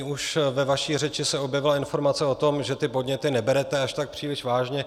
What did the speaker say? Už ve vaší řeči se objevila informace, že ty podněty neberete až tak příliš vážně.